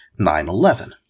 9-11